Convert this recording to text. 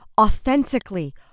authentically